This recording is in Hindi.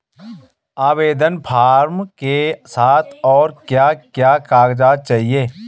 आवेदन फार्म के साथ और क्या क्या कागज़ात चाहिए?